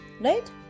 Right